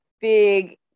big